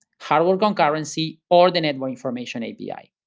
hardware concurrency, or the network information api.